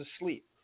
asleep